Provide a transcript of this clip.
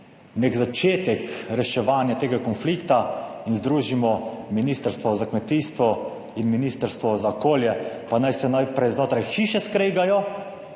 nek začetek reševanja tega konflikta in združimo Ministrstvo za kmetijstvo in Ministrstvo za okolje, pa naj se najprej znotraj hiše skregajo,